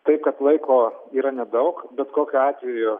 taip kad laiko yra nedaug bet kokiu atveju